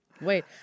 wait